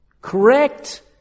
correct